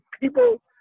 people